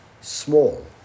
small